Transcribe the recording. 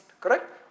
correct